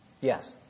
Yes